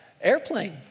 airplane